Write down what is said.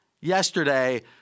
yesterday